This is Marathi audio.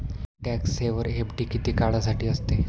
टॅक्स सेव्हर एफ.डी किती काळासाठी असते?